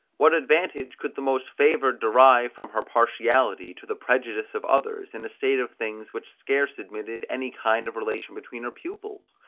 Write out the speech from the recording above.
what advantage could the most favoured derive from her partiality, to the prejudice of others, in a state of things, which scarce admitted any kind of relation between her pupils?